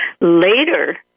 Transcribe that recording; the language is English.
later